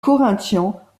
corinthians